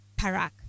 Parak